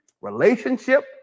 relationship